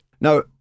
Now